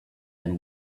and